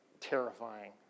terrifying